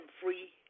free